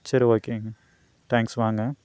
சரி ஓகேங்க தேங்க்ஸ் வாங்க